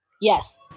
Yes